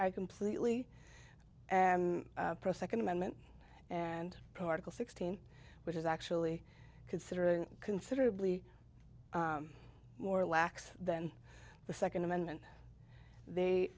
i completely am pro second amendment and particle sixteen which is actually considering considerably more lax than the second amendment they